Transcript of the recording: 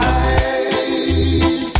eyes